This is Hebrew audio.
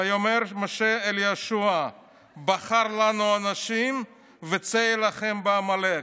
"ויאמר משה אל יהושע בחר לנו אנשים וצא הלחם בעמלק".